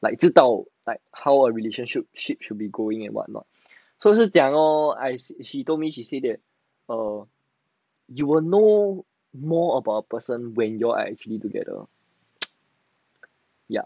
like 知道 how like how a relationship ship should be going and what not 所以我是讲 lor she told me she said that err you will know more about when you all are actually together ya you will know